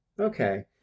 Okay